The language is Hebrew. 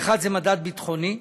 האחד הוא מדד ביטחוני,